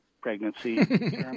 pregnancy